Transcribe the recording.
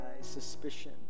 suspicion